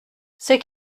c’est